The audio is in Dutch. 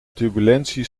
turbulentie